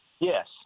Yes